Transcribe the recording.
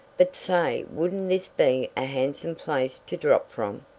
but say wouldn't this be a handsome place to drop from?